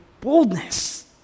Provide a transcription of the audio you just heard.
boldness